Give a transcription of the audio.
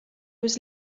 was